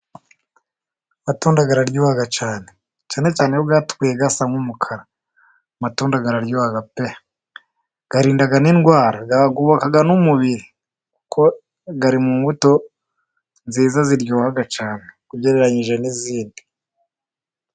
Amatunda araryo cyane. Cyane cyane iyo yatukuye asa nk'umukara. Amatunda araryoga pe! Arinda n'indwara yubaka n'umubiri. Kuko ari mu mbuto nziza ziryoha cyane ugereranyije n'izindi.